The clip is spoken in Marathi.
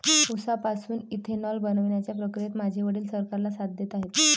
उसापासून इथेनॉल बनवण्याच्या प्रक्रियेत माझे वडील सरकारला साथ देत आहेत